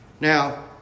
Now